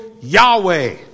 Yahweh